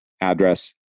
address